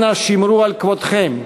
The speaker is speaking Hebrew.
אנא שמרו על כבודכם,